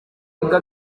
imbwa